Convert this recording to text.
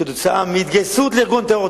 כתוצאה מהתגייסות לארגון טרור,